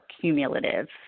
cumulative